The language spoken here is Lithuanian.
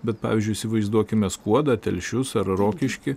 bet pavyzdžiui įsivaizduokime skuodą telšius ar rokiškį